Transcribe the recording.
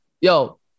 Yo